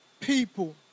people